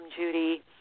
Judy